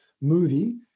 movie